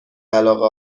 علاقه